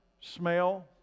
smell